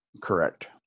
Correct